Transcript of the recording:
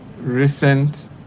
recent